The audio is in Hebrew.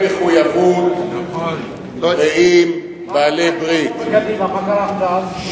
בעלי מחויבות, רעים, בעלי-ברית.